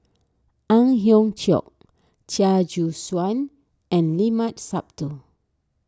Ang Hiong Chiok Chia Choo Suan and Limat Sabtu